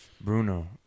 Bruno